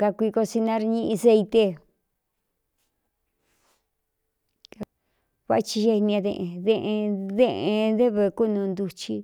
Kakuikosinar ñꞌ seite vái eni a deꞌn deꞌn deꞌēn dɨ́vɨ kúnūu ntuchi